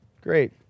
Great